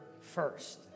first